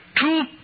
two